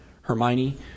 Hermione